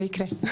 זה יקרה.